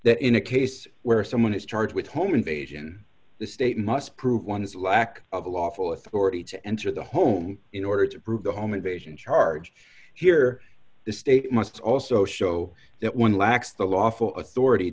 that in a case where someone is charged with home invasion the state must prove one's lack of a lawful authority to enter the home in order to prove the home invasion charge here the state must also show that one lacks the lawful authority